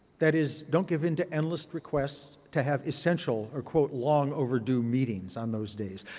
that is, don't give in to analysts' requests to have essential or quote, long overdue meetings on those days.